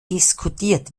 diskutiert